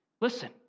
Listen